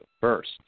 first